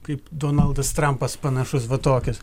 kaip donaldas trampas panašus va tokios